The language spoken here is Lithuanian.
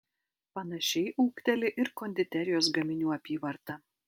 panašiai ūgteli ir konditerijos gaminių apyvarta